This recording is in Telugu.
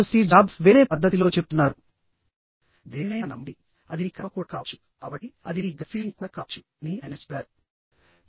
ఇప్పుడు స్టీవ్ జాబ్స్ వేరే పద్ధతిలో చెప్తున్నారు దేనినైనా నమ్మండి అది మీ కర్మ కూడా కావచ్చు కాబట్టి అది మీ గట్ ఫీలింగ్ కూడా కావచ్చు అని ఆయన చెప్పారు